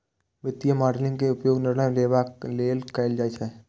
वित्तीय मॉडलिंग के उपयोग निर्णय लेबाक लेल कैल जाइ छै